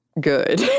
good